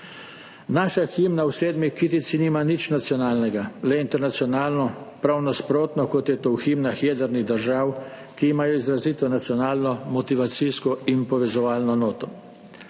Naša himna v sedmi kitici nima nič nacionalnega, le internacionalno, prav nasprotno, kot je to v himnah jedrnih držav, ki imajo izrazito nacionalno, motivacijsko in povezovalno noto.